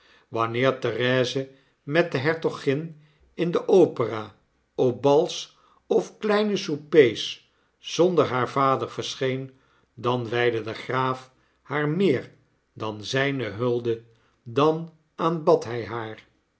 wanneer therese met de hertogin in de opera op bals of kleine soupers zonder haar vader verscheen dan wpde de graaf haar meer dan zyne hulde dan aanbad hij haar